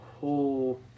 whole